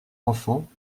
enfants